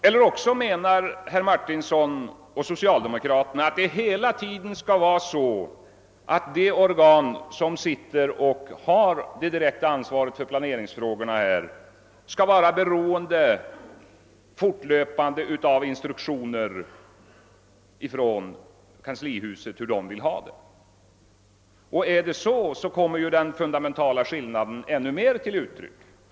Eller också menar herr Martinsson och övriga socialdemokrater att det hela tiden skall vara så att de organ, som har det direkta ansvaret för planeringsfrågorna, fortlöpande skall vara beroende av instruktioner från kanslihuset om hur man där vill ha det. Och är det så, kommer ju den fundamentala skillnaden ännu mera till uttryck.